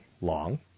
long